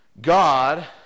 God